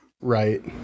right